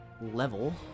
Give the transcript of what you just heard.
level